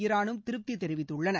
ஈரானும் திருப்தி தெரிவித்துள்ளன